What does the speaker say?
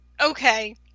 okay